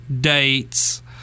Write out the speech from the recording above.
dates